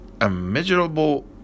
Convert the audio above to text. immeasurable